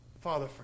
Father